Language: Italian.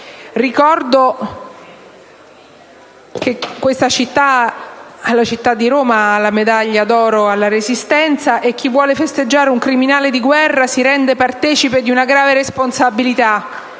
Ricordo che alla città di Roma è stata conferita la medaglia d'oro alla Resistenza e che chi vuole festeggiare un criminale di guerra si rende partecipe di una grave responsabilità.